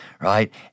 right